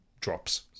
drops